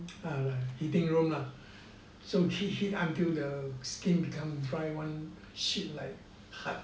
heating room lah so heat heat until the skin become dry [one] sheet like hard